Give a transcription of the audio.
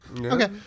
Okay